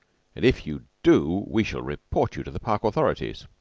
and if you do we shall report you to the park authorities.